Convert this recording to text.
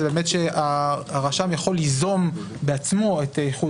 זה שהרשם יכול ליזום בעצמו את איחוד